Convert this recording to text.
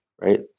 right